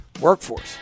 workforce